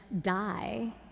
die